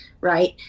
right